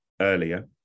earlier